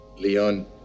Leon